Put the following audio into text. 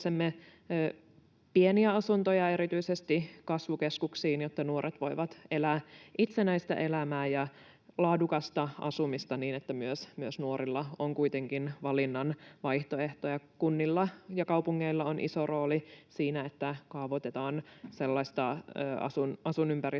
Tarvitsemme pieniä asuntoja erityisesti kasvukeskuksiin, jotta nuoret voivat elää itsenäistä elämää ja on laadukasta asumista niin, että myös nuorilla on kuitenkin valinnanvaihtoehtoja. Kunnilla ja kaupungeilla on iso rooli siinä, että kaavoitetaan sellaista asuin-ympäristöä,